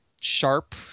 sharp